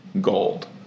gold